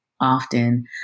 often